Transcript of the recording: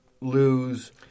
lose